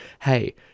hey